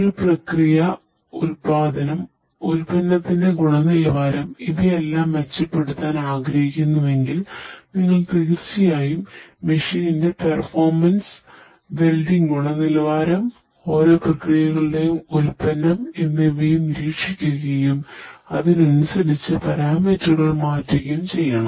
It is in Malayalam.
ഒരു പ്രക്രിയ ഉൽപ്പാദനം ഉൽപ്പന്നത്തിന്റെ ഗുണനിലവാരം ഇവയെല്ലാം മെച്ചപ്പെടുത്താൻ ആഗ്രഹിക്കുന്നുവെങ്കിൽ നിങ്ങൾ തീർച്ചയായും മെഷീന്റെ മാറ്റുകയും ചെയ്യണം